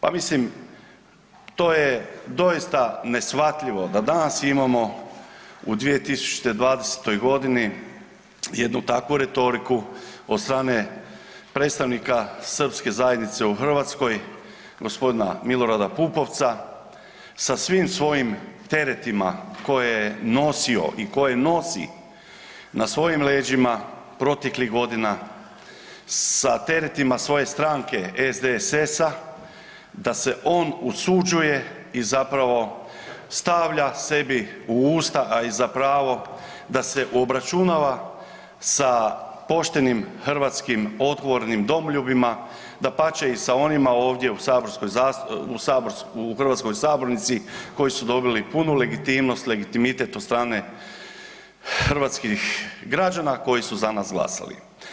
Pa mislim to je doista neshvatljivo da danas imamo u 2020.g. jednu takvu retoriku od strane predstavnika srpske zajednice u Hrvatskoj g. Milorada Pupovca sa svim svojim teretima koje je nosio i koje nosi na svojim leđima proteklih godina, sa teretima svoje stranke SDSS-a da se on usuđuje i zapravo stavlja sebi u usta, a i za pravo da se obračunava sa poštenim hrvatskim odgovornim domoljubima, dapače i sa onima ovdje u saborskoj, u hrvatskoj sabornici koji su dobili punu legitimnost, legitimitet od strane hrvatskih građana koji su za nas glasali.